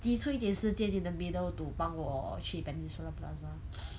挤出一点时间 in the middle to 帮我去 peninsula plaza